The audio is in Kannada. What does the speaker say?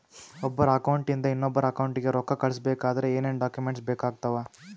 ಒಬ್ಬರ ಅಕೌಂಟ್ ಇಂದ ಇನ್ನೊಬ್ಬರ ಅಕೌಂಟಿಗೆ ರೊಕ್ಕ ಕಳಿಸಬೇಕಾದ್ರೆ ಏನೇನ್ ಡಾಕ್ಯೂಮೆಂಟ್ಸ್ ಬೇಕಾಗುತ್ತಾವ?